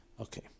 Okay